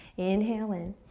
inhale in,